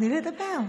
תני לדבר.